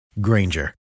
Granger